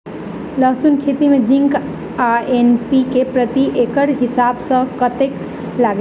लहसून खेती मे जिंक आ एन.पी.के प्रति एकड़ हिसाब सँ कतेक लागै छै?